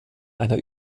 einer